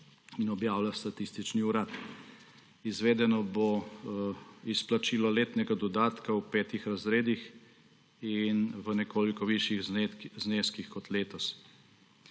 in objavlja statistični urad. Izvedeno bo izplačilo letnega dodatka v petih razredih in v nekoliko višjih zneskih kot letos.